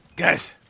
Guys